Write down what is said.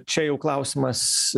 čia jau klausimas